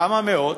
כמה מאות,